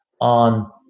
on